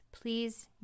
please